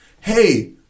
Hey